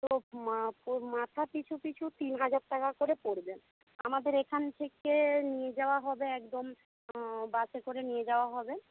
তো মাথা পিছু পিছু তিন হাজার টাকা করে পড়বে আমাদের এখান থেকে নিয়ে যাওয়া হবে একদম বাসে করে নিয়ে যাওয়া হবে